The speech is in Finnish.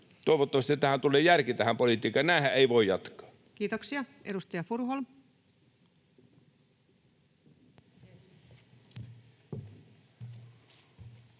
Toivottavasti tulee järki tähän politiikkaan. Näinhän ei voi jatkaa. Kiitoksia. — Edustaja Furuholm.